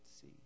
see